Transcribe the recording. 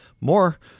more